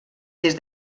des